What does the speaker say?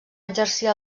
exercir